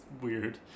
weird